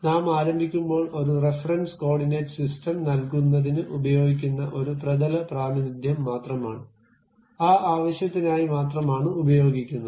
നാം ആരംഭിക്കുമ്പോൾ ഒരു റഫറൻസ് കോർഡിനേറ്റ് സിസ്റ്റം നൽകുന്നതിന് ഉപയോഗിക്കുന്ന ഒരു പ്രതല പ്രാതിനിധ്യം മാത്രമാണ് ആ ആവശ്യത്തിനായി മാത്രമാണ് ഉപയോഗിക്കുന്നത്